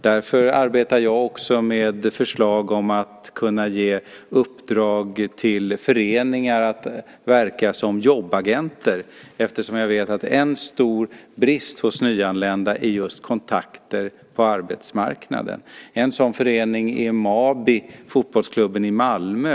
Därför arbetar jag också med förslag om att kunna ge uppdrag till föreningar att verka som jobbagenter eftersom jag vet att en stor brist hos nyanlända är just kontakter på arbetsmarknaden. En sådan förening är Mabi, fotbollsklubben i Malmö.